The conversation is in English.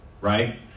right